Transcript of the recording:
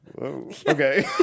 okay